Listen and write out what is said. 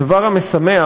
הדבר המשמח